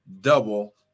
Double